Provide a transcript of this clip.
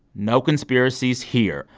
no conspiracies here.